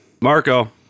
Marco